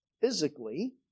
physically